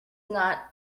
not